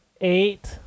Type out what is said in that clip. Eight